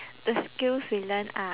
the skills we learn are